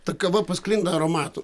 ta kava pasklinda aromatu